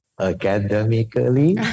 academically